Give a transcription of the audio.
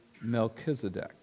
Melchizedek